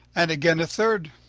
and again a third,